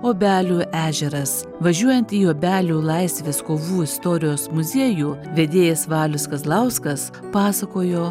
obelių ežeras važiuojant į obelių laisvės kovų istorijos muziejų vedėjas valius kazlauskas pasakojo